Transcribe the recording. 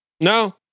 No